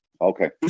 okay